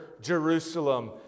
Jerusalem